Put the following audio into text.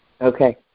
Okay